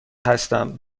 هستم